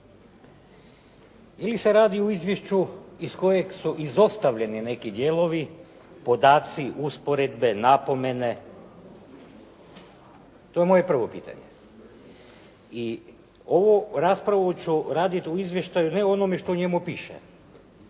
Ili se radi o izvješću iz kojeg su izostavljeni neki dijelovi, podaci, usporedbe, napomene? To je moje prvo pitanje. I ovu raspravu ću raditi o izvještaju, ne o onome što u njemu piše,